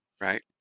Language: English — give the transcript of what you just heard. Right